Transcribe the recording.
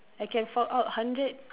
I can fork out hundred